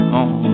on